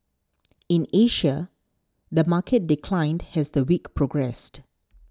in Asia the market declined as the week progressed